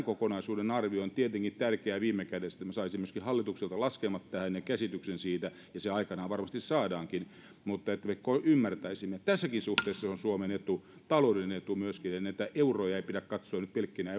kokonaisuuden arvio on tietenkin viime kädessä tärkeä se että myöskin saisimme hallitukselta laskelmat tähän ja käsityksen siitä ja ne aikanaan varmasti saadaankin niin että me ymmärtäisimme tässäkin suhteessa se on suomen etu taloudellinen etu myöskin ja näitä euroja ei pidä katsoa nyt pelkkinä